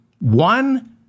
One